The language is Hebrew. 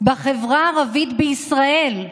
בחברה הערבית בישראל,